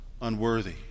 unworthy